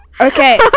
Okay